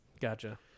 Gotcha